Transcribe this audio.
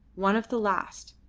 one of the last,